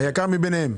היקר מביניהם.